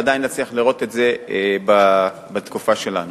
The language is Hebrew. ועדיין נצליח לראות את זה בתקופה שלנו.